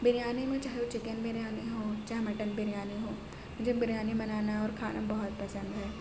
بریانی میں چاہے وہ چکن بریانی ہو چاہے مٹن بریانی ہو مجھے بریانی بنانا اور کھانا بہت پسند ہے